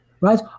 right